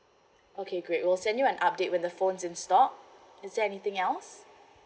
okay great we'll send you an update with the phones in stock is there anything else